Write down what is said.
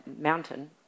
mountain